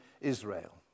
Israel